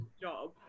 job